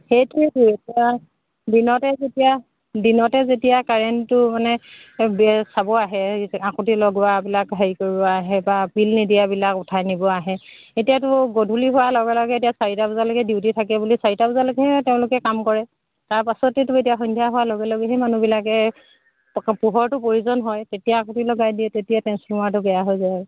সেইটোৱেইটো এতিয়া দিনতে যেতিয়া দিনতে যেতিয়া কাৰেণ্টটো মানে ব চাব আহে হাঁকুতি লগোৱাবিলাক হেৰি কৰিব আহে বা বিল নিদিয়াবিলাক উঠাই নিব আহে এতিয়াতো গধূলি হোৱাৰ লগে লগে এতিয়া চাৰিটা বজালৈকে ডিউটি থাকে বুলি চাৰিটা বজালৈকেহে তেওঁলোকে কাম কৰে তাৰপাছতেইতো এতিয়া সন্ধিয়া হোৱাৰ লগে লগেহে মানুহবিলাকে পোহৰটো প্ৰয়োজন হয় তেতিয়া হাঁকুটি লগাই দিয়ে তেতিয়া ট্ৰেঞ্চফৰ্মাৰটো বেয়া হৈ যায় আৰু